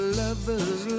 lovers